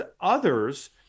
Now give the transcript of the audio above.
others